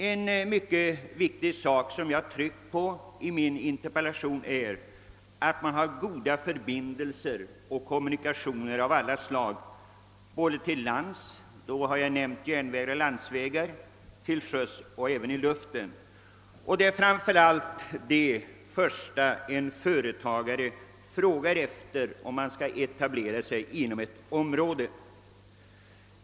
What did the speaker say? En mycket viktig sak, som jag har tryckt på i min interpellation, är att man har goda förbindelser och kommunikationer av alla slag: till lands — där har jag nämnt järnvägar och landsvägar — till sjöss och även i luften. Det är det första en företagare frågar efter när han skall etablera sig inom ett område.